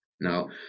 now